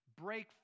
Break